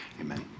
Amen